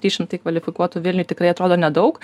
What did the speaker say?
trys šimtai kvalifikuotų vilniuj tikrai atrodo nedaug